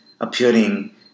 appearing